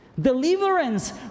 deliverance